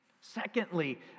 Secondly